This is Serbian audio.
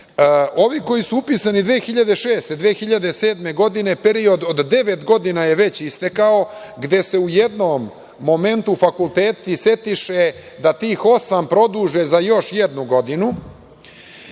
koji su upisani 2006/2007. godine period od devet godina je već istekao, gde se u jednom momentu fakulteti setiše da tih osam produže za još jednu godinu,